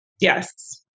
Yes